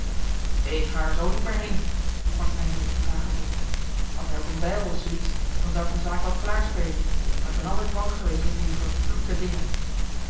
ik ga er zoo niet meer heen sprak eindelijk de vagebond had hij ook eene bijl of zoo iets dan zou ik de zaak wel klaar spelen maar ik ben altijd bang geweest voor die vervloekte dingen